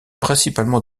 principalement